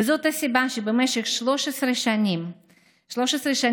וזאת הסיבה שבמשך 13 השנים האחרונות,